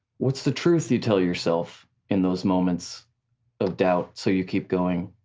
what's the truth you tell yourself in those moments of doubt so you keep going?